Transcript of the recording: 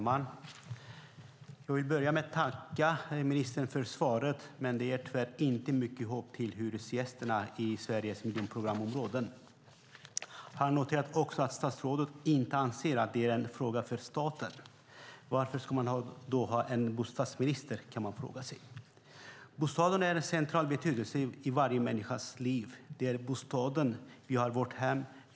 Herr talman! Jag tackar ministern för svaret. Det ger tyvärr inte mycket hopp till hyresgästerna i Sveriges miljonprogramsområden. Jag noterar att statsrådet inte anser att det är en fråga för staten. Varför ska man då ha en bostadsminister, kan man fråga sig. Bostaden är av central betydelse i varje människas liv. Det är i bostaden vi har vårt hem.